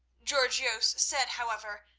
georgios said, however,